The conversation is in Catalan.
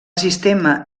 sistema